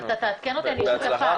תעדכן אותי, ובהצלחה.